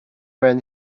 when